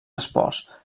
esports